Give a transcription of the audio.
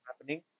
happening